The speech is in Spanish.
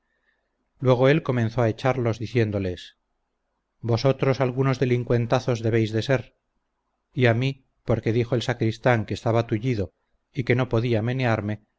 luego él comenzó a echarlos diciéndoles vosotros algunos delincuentazos debéis de ser y a mí porque dijo el sacristán que estaba tullido y que no podía menearme le